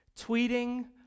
tweeting